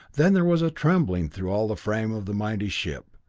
then there was a trembling through all the frame of the mighty ship.